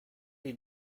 you